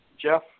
Jeff